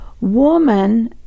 woman